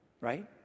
right